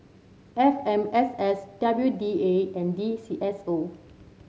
F M S S W D A and D C S O